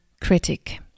critic